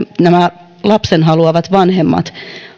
nämä lapsen haluavat vanhemmat